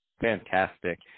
Fantastic